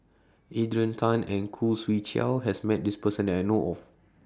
Adrian Tan and Khoo Swee Chiow has Met This Person that I know of